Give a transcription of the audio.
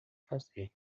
fazer